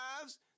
lives